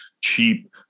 cheap